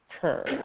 curve